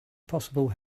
possible